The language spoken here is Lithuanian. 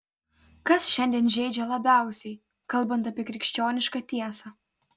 kas šiandien žeidžia labiausiai kalbant apie krikščionišką tiesą